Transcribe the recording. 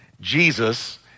Jesus